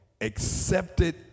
accepted